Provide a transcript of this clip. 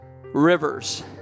rivers